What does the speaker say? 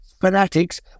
fanatics